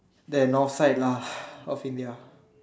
there North side lah North India